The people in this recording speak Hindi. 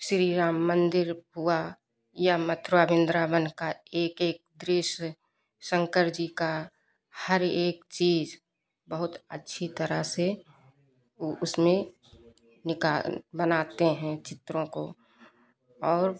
श्री राम मन्दिर हुआ या मथुरा वृन्दावन का एक एक दृश्य शंकर जी का हर एक चीज़ बहुत अच्छी तरह से वह उसमें निका बनाते हैं चित्रों को और